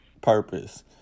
purpose